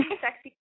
sexy